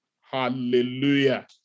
Hallelujah